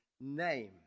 name